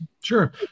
Sure